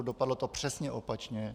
Dopadlo to přesně opačně.